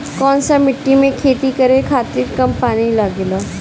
कौन सा मिट्टी में खेती करे खातिर कम पानी लागेला?